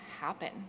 happen